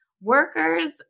workers